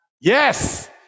Yes